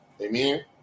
Amen